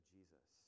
Jesus